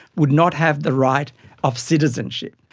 would not have the right of citizenship.